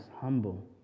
humble